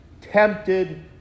tempted